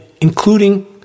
including